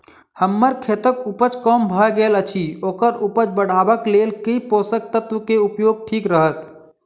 हम्मर खेतक उपज कम भऽ गेल अछि ओकर उपज बढ़ेबाक लेल केँ पोसक तत्व केँ उपयोग ठीक रहत?